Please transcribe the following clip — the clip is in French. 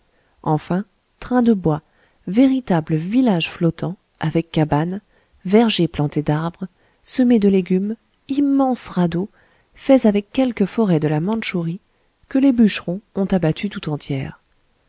enfin trains de bois véritables villages flottants avec cabanes vergers plantés d'arbres semés de légumes immenses radeaux faits avec quelque forêt de la mantchourie que les bûcherons ont abattue tout entière